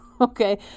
Okay